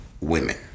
women